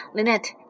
Lynette